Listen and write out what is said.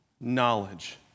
knowledge